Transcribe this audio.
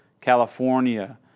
California